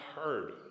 heard